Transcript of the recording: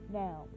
now